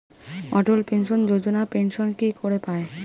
অটল pension Yojana pension কি করে পায়?